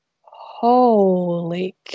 holy